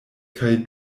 kaj